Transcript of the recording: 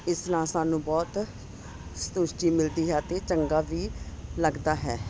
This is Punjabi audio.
ਇਸ ਨਾਲ ਸਾਨੂੰ ਬਹੁਤ ਸੰਤੁਸ਼ਟੀ ਮਿਲਦੀ ਹੈ ਅਤੇ ਚੰਗਾ ਵੀ ਲੱਗਦਾ ਹੈ